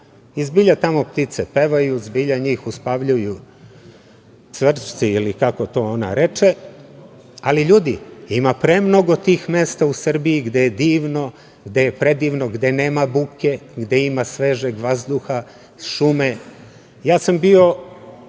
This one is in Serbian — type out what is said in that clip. Zbilja tamo ptice pevaju, zbilja njih uspavljuju cvrčci ili kako to ona reče, ali ljudi, ima premnogo tih mesta u Srbiji gde je divno, gde je predivno, gde nema buke, gde ima svežeg vazduha, šume. Ja sam bio